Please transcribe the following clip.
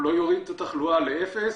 הוא לא יוריד את התחלואה לאפס,